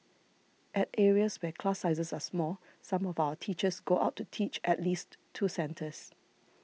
at areas where class sizes are small some of our teachers go out to teach at least two centres